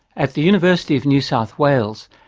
at the university of new south wales,